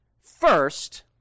first